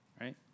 right